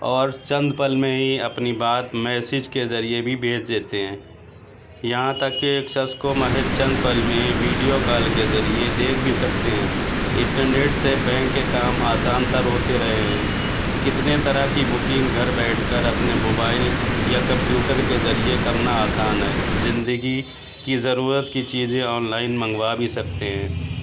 اور چند پل میں ہی اپنی بات میسج کے ذریعے بھی بھیج دیتے ہیں یہاں تک کہ ایک شخص کو محض چند پل میں ویڈیو کال کے ذریعے دیکھ بھی سکتے ہیں انٹرنیٹ سے بینک کے کام آسان تر ہوتے رہے ہیں کتنے طرح کی بکنگ گھر بیٹھ کر اپنے موبائل یا کمپیوٹر کے ذریعے کرنا آسان ہے زندگی کی ضرورت کی چیزیں آن لائن منگوا بھی سکتے ہیں